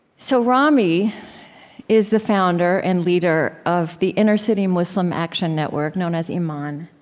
so rami is the founder and leader of the inner-city muslim action network, known as iman.